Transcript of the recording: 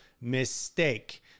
mistake